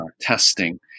testing